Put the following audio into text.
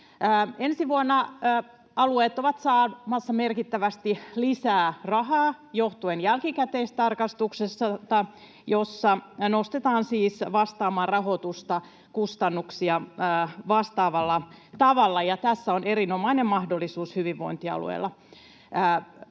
Ensi vuonna alueet ovat saamassa merkittävästi lisää rahaa johtuen jälkikäteistarkastuksesta, jossa rahoitusta nostetaan siis vastaamaan kustannuksia vastaavalla tavalla, ja tässä on erinomainen mahdollisuus hyvinvointialueilla